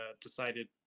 decided